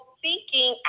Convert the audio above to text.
seeking